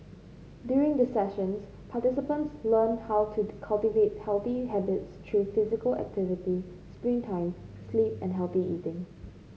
during the sessions participants learn how to cultivate healthy habits through physical activity screen time sleep and healthy eating